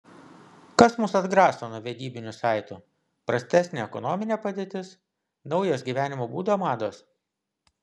kas mus atgraso nuo vedybinių saitų prastesnė ekonominė padėtis naujos gyvenimo būdo mados